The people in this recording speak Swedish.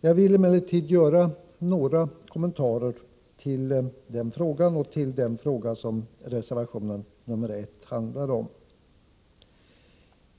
Jag vill emellertid göra några kommentarer till den frågan och till det som reservationen 1 handlar om.